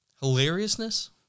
hilariousness